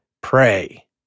Pray